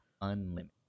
unlimited